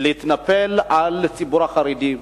להתנפל על הציבור החרדי.